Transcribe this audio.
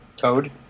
code